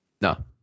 No